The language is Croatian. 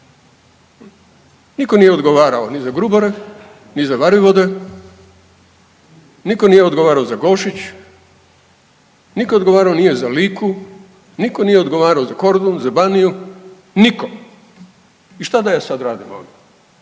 Nitko nije odgovarao ni za Grubore, ni za Varivode, nitko nije odgovarao za Gošić, nitko odgovarao za Liku, nitko nije odgovarao za Kordun, za Baniju, nitko. I šta da ja sad radim ovdje?